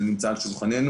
הוא נמצא על שולחננו.